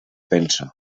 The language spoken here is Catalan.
penso